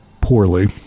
poorly